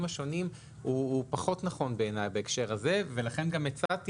השונים הוא פחות נכון בעיניי בהקשר הזה ולכן גם הצעתי